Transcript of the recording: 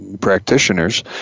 practitioners